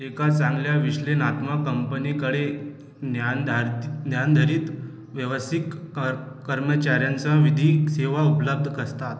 एका चांगल्या विश्लेनात्मक कंपनीकडे ज्ञानधाज ज्ञानाधारित व्यवसिक अत् कर्मचार्यांसह विधिक सेवा उपलब्ध कसतात